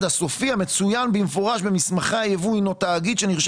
הסופי המצוין במפורש במסמכי הייבוא הינו תאגיד שנרשם